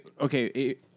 okay